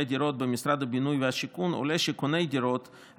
דירות במשרד הבינוי והשיכון עולה שקוני דירות,